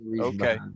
okay